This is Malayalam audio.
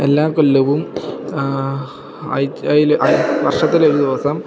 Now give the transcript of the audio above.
എല്ലാ കൊല്ലവും അത് അതിൽ വർഷത്തിലെ ഒരു ദിവസം